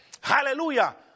Hallelujah